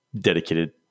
dedicated